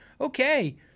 okay